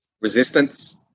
resistance